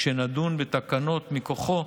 כשנדון בתקנות מכוחו,